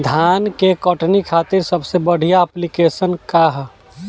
धान के कटनी खातिर सबसे बढ़िया ऐप्लिकेशनका ह?